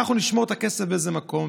אנחנו נשמור את הכסף באיזה מקום,